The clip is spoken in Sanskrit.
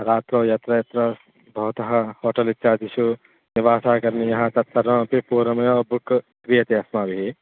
रात्रौ यत्र यत्र भवतः होटल् इत्यादिषु निवासः करणीयः तत् सर्वमपि पूर्वमेव बुक् क्रियते अस्माभिः